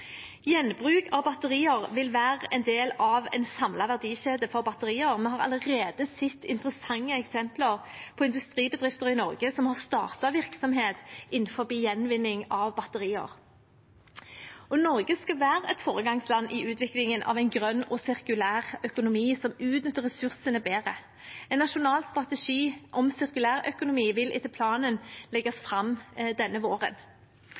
Gjenbruk av batterier vil være en del av en samlet verdikjede for batterier. Vi har allerede sett interessante eksempler på industribedrifter i Norge som har startet virksomhet innenfor gjenvinning av batterier. Norge skal være et foregangsland i utviklingen av en grønn og sirkulær økonomi som utnytter ressursene bedre. En nasjonal strategi om sirkulærøkonomi vil etter planen legges fram denne våren.